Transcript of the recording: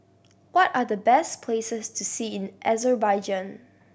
what are the best places to see in Azerbaijan